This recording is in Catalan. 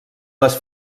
les